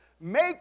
make